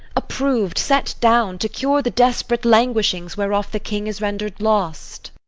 approv'd, set down, to cure the desperate languishings whereof the king is render'd lost.